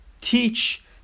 teach